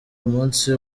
umunsi